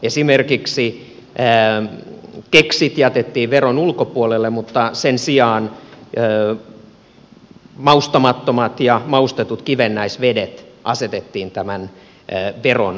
esimerkiksi keksit jätettiin veron ulkopuolelle mutta sen sijaan maustamattomat ja maustetut kivennäisvedet asetettiin tämän veron piiriin